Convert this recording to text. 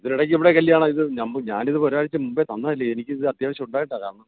ഇതിനിടക്ക് എവിടെ കല്യാണം ഇത് നമ്മൾ ഞാനിത് ഒരാഴ്ച്ച മുമ്പേ തന്നതല്ലേ എനിക്കിത് അത്യാവശ്യം ഉണ്ടായിട്ടാ കാരണം